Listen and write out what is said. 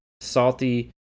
salty